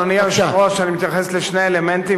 אדוני היושב-ראש, אני מתייחס לשני אלמנטים.